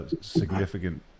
significant